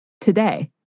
today